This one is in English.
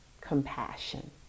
compassion